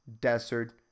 desert